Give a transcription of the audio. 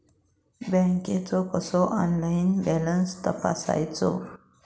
बँकेचो कसो online balance तपासायचो?